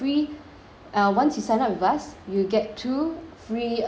uh once you sign up with us you'll get two free adult